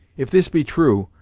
if this be true,